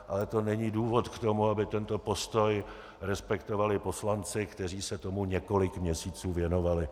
To ale není důvod k tomu, aby tento postoj respektovali poslanci, kteří se tomu několik měsíců věnovali.